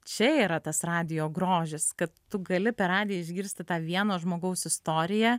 čia yra tas radijo grožis kad tu gali per radiją išgirsti tą vieno žmogaus istoriją